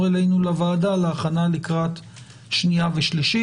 אלינו לוועדה להכנה לקראת שנייה ושלישית.